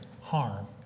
harm